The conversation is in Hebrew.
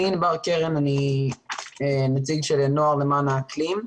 אני נציג של נוער למען האקלים.